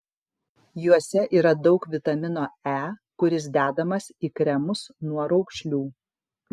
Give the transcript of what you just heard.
juose yra daug vitamino e kuris dedamas į kremus nuo raukšlių